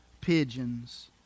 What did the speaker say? pigeons